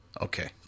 Okay